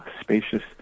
spacious